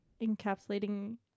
encapsulating